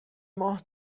ماه